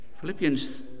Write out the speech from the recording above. Philippians